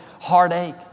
heartache